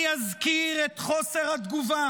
אני אזכיר את חוסר התגובה